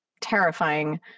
Terrifying